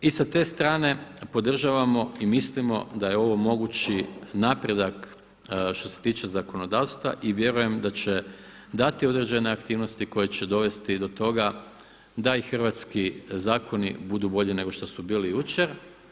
I sa te strane podržavamo i mislimo da je ovo mogući napredak što se tiče zakonodavstva i vjerujem da će dati određene aktivnosti koje će dovesti do toga da i hrvatski zakoni budu bolji nego što su bili jučer.